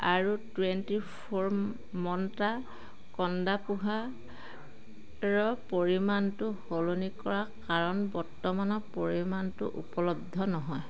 আৰু twenty four মন্ত্ৰা কণ্ডা পোহাৰ পৰিমাণটো সলনি কৰা কাৰণ বৰ্তমানৰ পৰিমাণটো উপলব্ধ নহয়